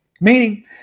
Meaning